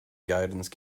guidance